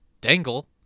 Dangle